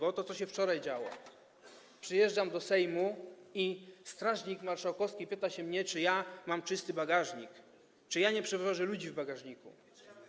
Oto, co się wczoraj działo: przyjeżdżam do Sejmu i strażnik marszałkowski pyta się mnie, czy mam czysty bagażnik, czy nie przewożę ludzi w bagażniku.